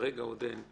כרגע עוד אין,